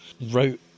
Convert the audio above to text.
wrote